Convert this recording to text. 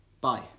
Bye